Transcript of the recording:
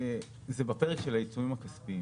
זה בפרק של העיצומים הכספיים.